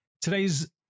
Today's